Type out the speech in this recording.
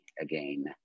again